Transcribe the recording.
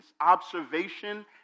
Observation